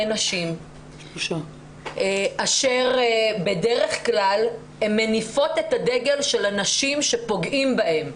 נשים אשר בדרך כלל הן מניפות את הדגל של הנשים שפוגעים בהן,